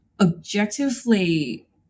objectively